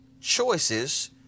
choices